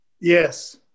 Yes